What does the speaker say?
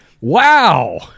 Wow